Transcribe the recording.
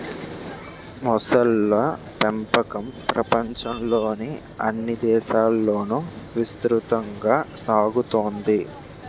మొసళ్ళ పెంపకం ప్రపంచంలోని అన్ని దేశాలలోనూ విస్తృతంగా సాగుతోంది